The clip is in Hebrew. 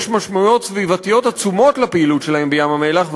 יש משמעויות סביבתיות עצומות לפעילות שלהם בים-המלח,